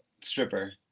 stripper